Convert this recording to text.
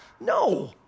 No